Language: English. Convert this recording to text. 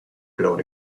blown